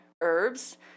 herbs